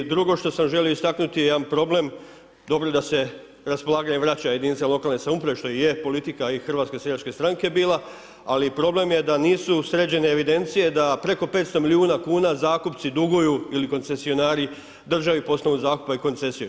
I drugo što sam želio istaknuti je jedan problem, dobro da se raspolaganje vraća jedinicama lokalne samouprave što je politika i HHS-a bila, ali problem je da nisu sređene evidencije da preko 500 milijuna kuna zakupci duguju ili koncesionari državi … i koncesiju.